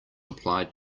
applied